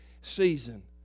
season